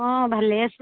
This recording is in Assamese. অঁ ভালেই আছোঁ